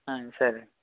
ఆ సరే